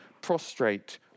prostrate